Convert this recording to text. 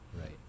right